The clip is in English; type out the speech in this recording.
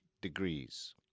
degrees